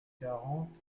quarante